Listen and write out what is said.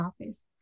office